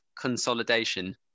consolidation